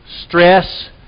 Stress